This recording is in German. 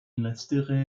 letztere